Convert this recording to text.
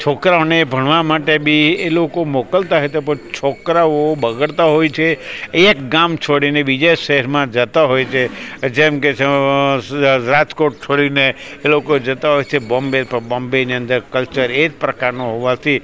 છોકરાઓને ભણવા માટે બી એ લોકો મોકલતા હતા પણ છોકરાઓ બગડતા હોય છે એક ગામ છોડીને બીજે શહેરમાં જતા હોય છે જેમ કે રાજકોટ છોડીને એ લોકો જતા હોય છે બોમ્બે તો બોમ્બેની અંદર કલ્ચર એ જ પ્રકારનો હોવાથી